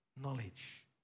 knowledge